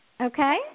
okay